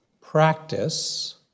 practice